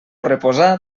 reposar